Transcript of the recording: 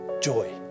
joy